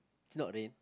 is not leh